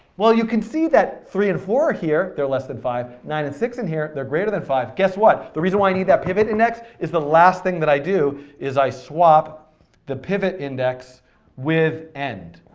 well you can see that three and four are here, they're less than five. nine and six in here, they're greater than five. guess what? the reason why i need that pivot index, is the last thing that i do is i swap the pivot index with end.